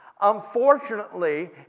Unfortunately